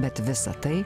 bet visa tai